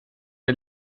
der